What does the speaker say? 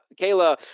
Kayla